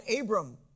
Abram